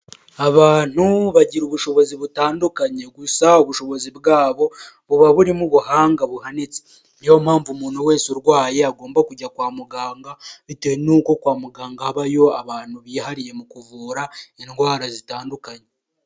Abantu bagira ubushobozi butandukanye gusa ubushobozi bwabo buba burimo ubuhanga buhanitse, niyo mpamvu umuntu wese urwaye agomba kujya kwa muganga bitewe n'uko kwa muganga habayo abantu bihariye mu kuvura indwara zitandukanye.